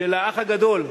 של "האח הגדול".